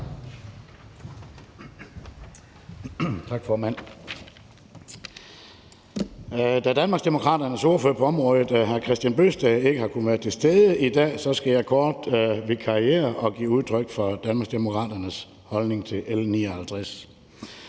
Da Danmarksdemokraternes ordfører på området, hr. Kristian Bøgsted, ikke har kunnet være til stede i dag, skal jeg kort vikariere og give udtryk for Danmarksdemokraternes holdning til L 57.